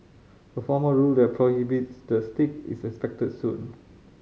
a formal rule that prohibits the stick is expected soon